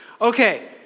Okay